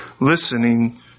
listening